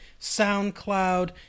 SoundCloud